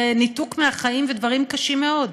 וניתוק מהחיים ודברים קשים מאוד.